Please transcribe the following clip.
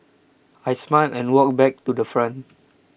I smiled and walked back to the front